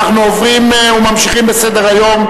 אנחנו עוברים וממשיכים בסדר-היום,